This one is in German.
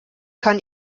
kann